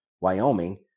Wyoming